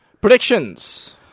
Predictions